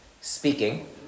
speaking